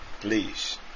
Please